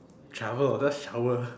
travel that's shower